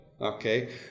okay